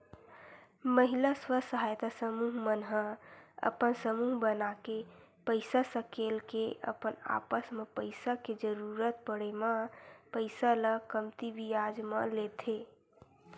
महिला स्व सहायता समूह मन ह अपन समूह बनाके पइसा सकेल के अपन आपस म पइसा के जरुरत पड़े म पइसा ल कमती बियाज म लेथे